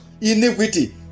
iniquity